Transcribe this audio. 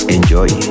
Enjoy